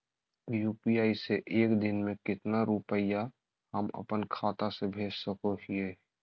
UPI से एक दिन में कितना रुपैया हम अपन खाता से भेज सको हियय?